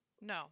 No